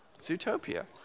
Zootopia